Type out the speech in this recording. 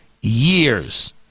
years